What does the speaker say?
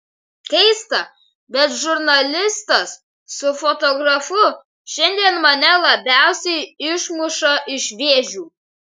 keista bet žurnalistas su fotografu šiandien mane labiausiai išmuša iš vėžių